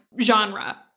genre